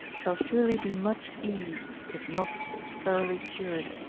shall surely be much eased, if not thoroughly cured.